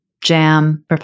jam